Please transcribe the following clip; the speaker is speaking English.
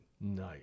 Nice